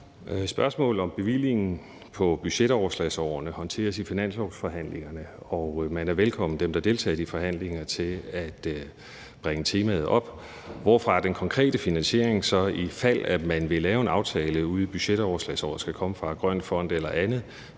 Spørgsmålet om bevillingen på budgetoverslagsårene håndteres i finanslovsforhandlingerne, og dem, der deltager i de forhandlinger, er velkommen til at bringe temaet op. Hvorfra den konkrete finansiering, ifald man vil lave en aftale i budgetoverslagsåret, så skal komme fra – den grønne fond eller andet